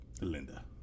Linda